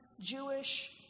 Jewish